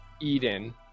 Eden